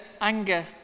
anger